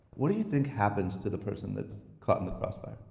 what do you think happens to the person that's caught in the crossfire?